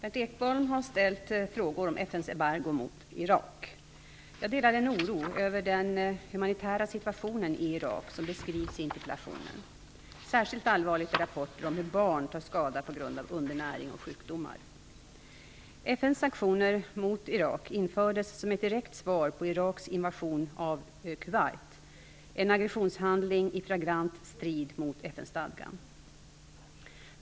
Fru talman! Berndt Ekholm har ställt frågor om FN:s embargo mot Irak. Jag delar den oro över den humanitära situationen i Irak som beskrivs i interpellationen. Särskilt allvarliga är rapporter om hur barn tar skada på grund av undernäring och sjukdomar. FN:s sanktioner mot Irak infördes som ett direkt svar på Iraks invasion av Kuwait, en aggressionshandling i flagrant strid mot FN-stadgan.